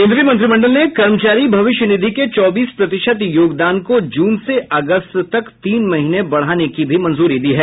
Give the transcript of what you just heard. केन्द्रीय मंत्रिमंडल ने कर्मचारी भविष्य निधि के चौबीस प्रतिशत योगदान को जून से अगस्त तक तीन महीने बढाने की भी मंजूरी दी है